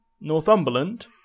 Northumberland